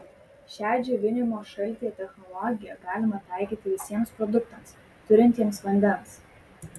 šią džiovinimo šaltyje technologiją galima taikyti visiems produktams turintiems vandens